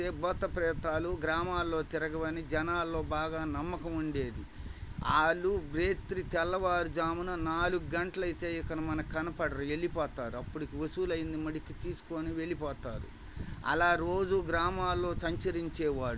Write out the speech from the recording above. భూత ప్రేతాలు గ్రామాల్లో తిరగవని జనాల్లో బాగా నమ్మకం ఉండేది వాళ్ళు రాత్రి తెల్లవారుజామున నాలుగు గంటలు అయితే ఇక మనకి కనపడరు వెళ్లిపోతారు అప్పటికి వసూలు అయ్యింది మటుకి తీసుకోని వెళ్లిపోతారు అలా రోజు గ్రామాల్లో సంచరించే వాళ్ళు